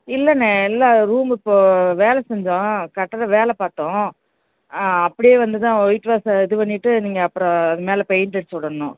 இல்லைண்ணே இல்லை ரூம் இப்போது வேலை செஞ்சோம் கட்டட வேலை பார்த்தோம் அப்படியே வந்துதான் ஒயிட் வாஷு இது பண்ணிட்டு நீங்கள் அப்புறம் அது மேலே பெயிண்ட்டு அடித்து விடணும்